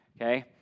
Okay